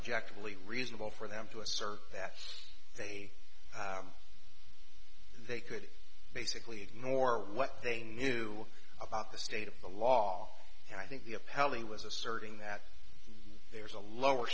objectively reasonable for them to assert that they they could basically ignore what they knew about the state of the law and i think the appellee was asserting that there's a lower